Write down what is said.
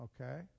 Okay